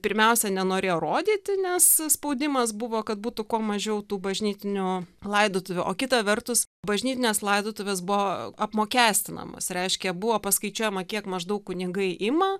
pirmiausia nenorėjo rodyti nes spaudimas buvo kad būtų kuo mažiau tų bažnytinių laidotuvių o kita vertus bažnytinės laidotuvės buvo apmokestinamos reiškia buvo paskaičiuojama kiek maždaug kunigai ima